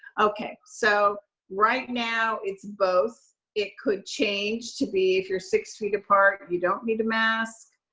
okay, so right now it's both, it could change to be, if you're six feet apart, you don't need a mask.